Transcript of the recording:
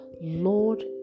Lord